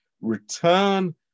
Return